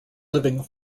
living